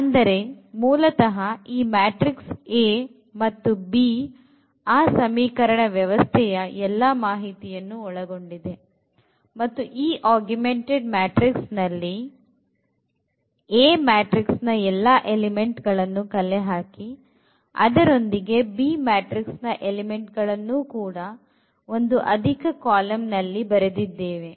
ಅಂದರೆ ಮೂಲತಹ ಈ ಮ್ಯಾಟ್ರಿಕ್ಸ್ A ಮತ್ತು b ಆ ಸಮೀಕರಣ ವ್ಯವಸ್ಥೆಯ ಎಲ್ಲಾ ಮಾಹಿತಿಯನ್ನು ಒಳಗೊಂಡಿದೆ ಮತ್ತು ಈ augmented matrix ನಲ್ಲಿ A ಮ್ಯಾಟ್ರಿಕ್ಸ್ ನ ಎಲ್ಲಾ ಎಲಿಮೆಂಟ್ ಗಳನ್ನು ಕಲೆಹಾಕಿ ಅದರೊಂದಿಗೆ b ಮ್ಯಾಟ್ರಿಕ್ಸ್ ನ ಎಲಿಮೆಂಟ್ ಗಳನ್ನು ಕೂಡ ಒಂದು ಅಧಿಕ ಕಾಲಂ ನಲ್ಲಿ ಬರೆದಿದ್ದೇವೆ